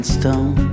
stone